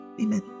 Amen